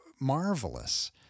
marvelous